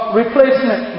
replacement